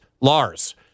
Lars